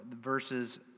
verses